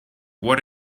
what